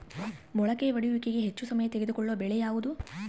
ಮೊಳಕೆ ಒಡೆಯುವಿಕೆಗೆ ಹೆಚ್ಚು ಸಮಯ ತೆಗೆದುಕೊಳ್ಳುವ ಬೆಳೆ ಯಾವುದು?